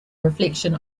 reflection